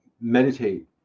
meditate